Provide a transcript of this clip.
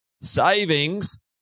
savings